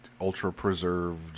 ultra-preserved